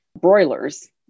broilers